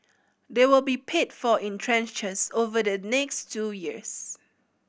they will be paid for in tranches over the next two years